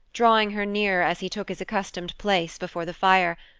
drawing her nearer as he took his accustomed place before the fire,